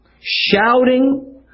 shouting